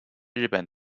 日本